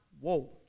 Whoa